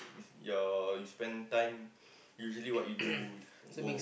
your you spend time usually what you do with go